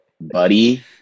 buddy